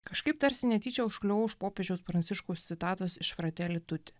kažkaip tarsi netyčia užkliuvau už popiežiaus pranciškaus citatos iš frateli tuti